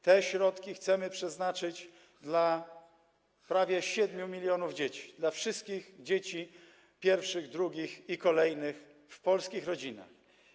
Te środki chcemy przeznaczyć dla prawie 7 mln dzieci, dla wszystkich dzieci pierwszych, drugich i kolejnych w polskich rodzinach.